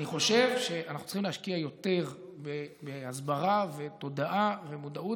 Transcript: אני חושב שאנחנו צריכים להשקיע יותר בהסברה ותודעה ומודעות,